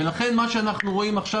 לכן מה שאנחנו רואים עכשיו,